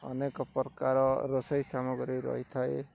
ଅନେକ ପ୍ରକାର ରୋଷେଇ ସାମଗ୍ରୀ ରହିଥାଏ